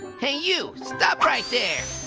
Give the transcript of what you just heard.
hey you, stop right there.